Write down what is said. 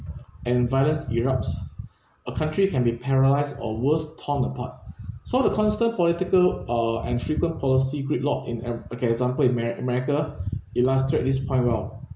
and violence erupts a country can be paralysed or worst torn apart so the constant political uh and frequent policy gridlock in am~ okay example ameri~ america illustrate this point well